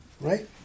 Right